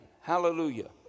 Hallelujah